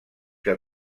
que